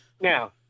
now